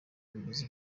bigize